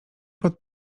pod